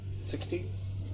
Sixties